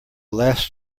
last